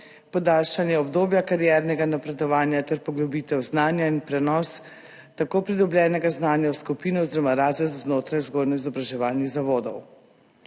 podaljšanje obdobja kariernega napredovanja ter poglobitev znanja in prenos tako pridobljenega znanja v skupino oziroma razred znotraj vzgojno-izobraževalnih zavodov.